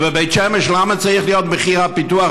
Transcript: ובבית שמש למה צריך מחיר הפיתוח,